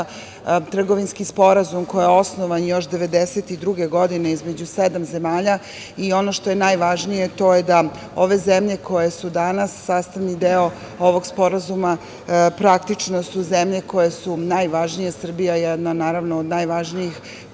trgovinski sporazum koji je osnovan još 1992. godine između sedam zemalja. Ono što je najvažnije, to je da ove zemlje koje su danas sastavni deo ovog sporazuma praktično su zemlje koje su najvažnije, a Srbija je jedna, naravno, od najvažnijih,